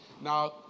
Now